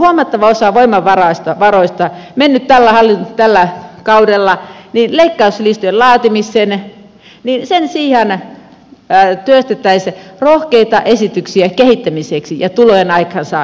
hallitukselta on huomattava osa voimavaroista mennyt tällä kaudella leikkauslistojen laatimiseen mutta sen sijaan pitäisi työstää rohkeita esityksiä kehittämiseksi ja tulojen aikaansaamiseksi